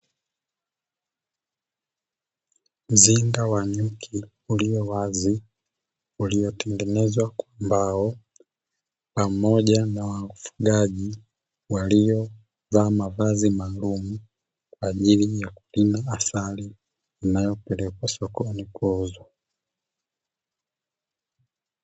Mzinga wa nyuki uliowazi uliotengenezwa kwa mbao, pamoja na wafugaji waliovaa mavazi maalumu kwa ajili ya kulina asali inayopelekwa sokoni kwa mauzo.